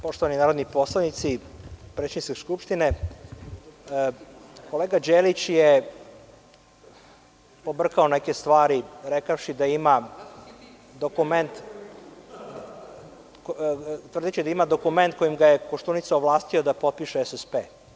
Poštovani narodni poslanici, predsedniče Skupštine, kolega Đelić je pobrkao neke stvari rekavši da ima dokument koji, tvrdeći da ima dokument kojim ga je Koštunica ovlastio da potpiše SSP.